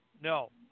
No